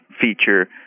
feature